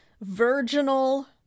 virginal